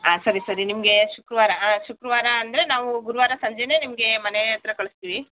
ಹಾಂ ಸರಿ ಸರಿ ನಿಮಗೆ ಶುಕ್ರವಾರ ಶುಕ್ರವಾರ ಅಂದರೆ ನಾವು ಗುರುವಾರ ಸಂಜೆಯೇ ನಿಮಗೆ ಮನೆ ಹತ್ರ ಕಳಿಸ್ತೀವಿ